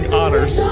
honors